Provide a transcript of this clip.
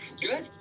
Good